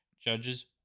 judges